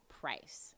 price